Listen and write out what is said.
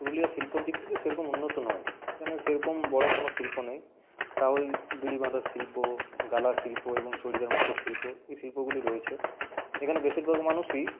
পুরুলিয়া শিল্পর দিক থেকে সেরকম উন্নত নয় এখানে সেরকম বড়ো কোনো শিল্প নেই তাও ওই বিড়ি বাঁধার শিল্প গালা শিল্প চড়িদার মুখোশ শিল্প এই শিল্পগুলি রয়েছে এখানে বেশিরভাগ মানুষই